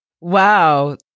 Wow